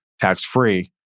tax-free